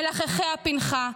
מלחכי הפנכה,